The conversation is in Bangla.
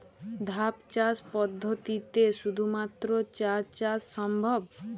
ধাপ চাষ পদ্ধতিতে শুধুমাত্র চা চাষ সম্ভব?